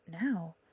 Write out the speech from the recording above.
now